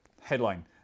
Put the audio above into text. headline